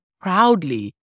proudly